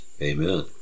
Amen